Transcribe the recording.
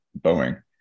Boeing